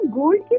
gold